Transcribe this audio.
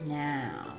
now